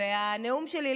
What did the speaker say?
ובנאום שלי,